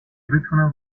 بتونم